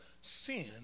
sin